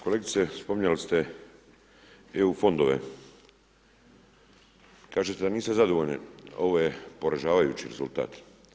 Kolegice spominjali ste EU fondove, kažete da niste zadovoljni, ovo je poražavajući rezultat.